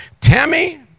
Tammy